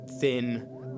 thin